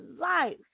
life